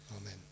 amen